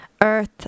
earth